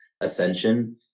ascension